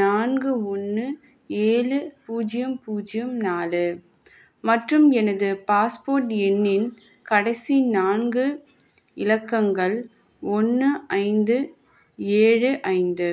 நான்கு ஒன்று ஏழு பூஜ்யம் பூஜ்யம் நாலு மற்றும் எனது பாஸ்போர்ட் எண்ணின் கடைசி நான்கு இலக்கங்கள் ஒன்று ஐந்து ஏழு ஐந்து